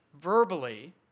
verbally